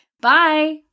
Bye